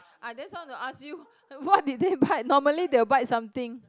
ah that's why I want to ask you what did they bite normally they will bite something